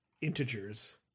integers